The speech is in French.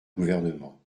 gouvernement